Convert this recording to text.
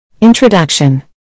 Introduction